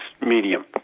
medium